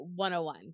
101